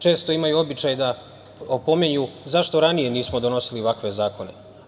Često imaju običaj da opominju zašto ranije nismo doneli ovakav zakon.